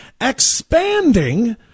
expanding